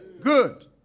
good